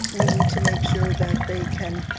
we need to make sure that they can,